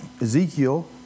Ezekiel